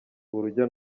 urujya